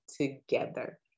together